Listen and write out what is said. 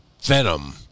Venom